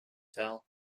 tell